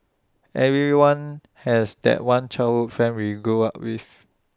everyone has that one childhood friend we grew up with